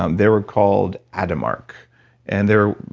um they were called ademark and they're.